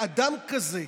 ואדם כזה,